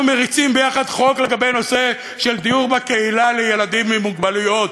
אנחנו מריצים ביחד חוק בנושא דיור בקהילה לילדים עם מוגבלויות.